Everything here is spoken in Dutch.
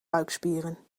buikspieren